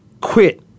quit